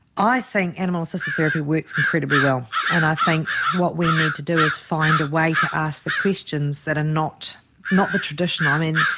i think animal assisted therapy works incredibly well, and i think what we need to do is find a way to ask the questions that are not not the traditional, i mean,